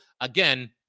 again